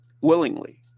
willingly